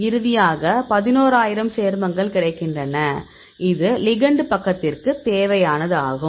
இறுதியாக 11000 சேர்மங்கள் கிடைக்கின்றன இது லிகெண்ட் பக்கத்திற்கு தேவையானதாகும்